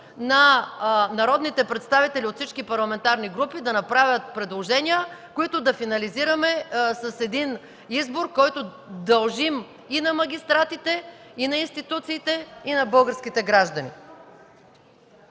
на народните представители от всички парламентарни групи да направят предложения, които да финализираме с избор, който дължим и на магистратите, и на институциите, и на българските граждани.